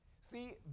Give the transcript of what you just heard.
See